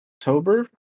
October